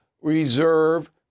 reserve